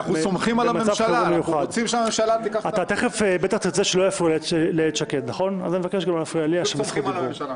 ההצעה לאפשר ליועצים חיצוניים לייעץ לממשלה